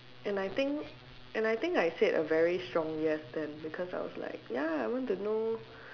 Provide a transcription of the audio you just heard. and I think and I think I said a very strong yes then because I was like ya I want to know